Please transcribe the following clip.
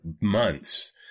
months